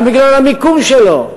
גם בגלל המיקום שלו.